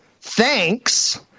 Thanks